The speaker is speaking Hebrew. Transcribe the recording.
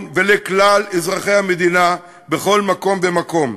ולכלל אזרחי המדינה בכל מקום ומקום,